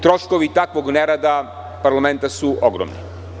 Troškovi takvog nerada parlamenta su ogromni.